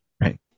Right